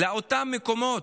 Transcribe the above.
לאותם מקומות.